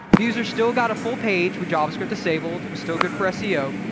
users still got a full page with javascript disabled. it was still good for seo.